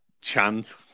chant